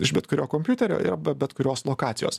iš bet kurio kompiuterio ir be bet kurios lokacijos